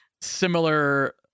similar